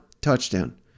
touchdown